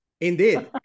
Indeed